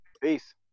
Peace